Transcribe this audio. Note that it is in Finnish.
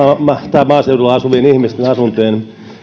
maaseudulla asuvien ihmisten asuntojen